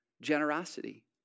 generosity